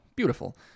Beautiful